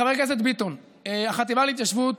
חבר הכנסת ביטון, החטיבה להתיישבות,